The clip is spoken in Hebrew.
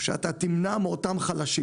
שתמנע מאותם חלשים,